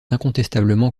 incontestablement